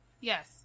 yes